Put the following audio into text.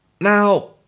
Now